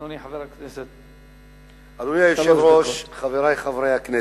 אדוני היושב-ראש, חברי חברי הכנסת,